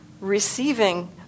receiving